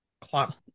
clock